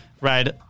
right